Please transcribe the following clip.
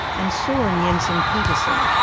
and soren yeah jessen-petersen,